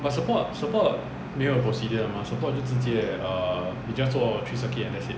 but support support 没有 procedure 的吗 support 就直接 err 你 just 做 three circuit and that's it